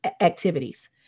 activities